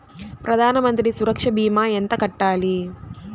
ప్రధాన మంత్రి సురక్ష భీమా ఎంత కట్టాలి?